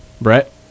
Brett